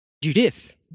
Judith